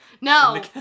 no